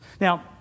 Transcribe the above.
Now